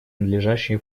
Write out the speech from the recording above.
надлежащее